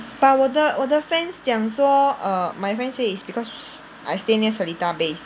but 我的我的 friends 讲说 err my friend say is because I stay near Seletar Base